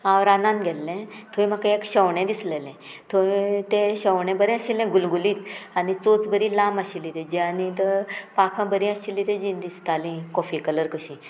हांव रानान गेल्लें थंय म्हाका एक शेवणें दिसलेलें थंय तें शेवणें बरें आशिल्लें गुलगुलीत आनी चोच बरी लांब आशिल्ली तेजे आनी पाखां बरी आशिल्ली तेजी दिसताली कॉफी कलर कशी